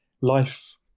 life